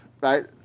right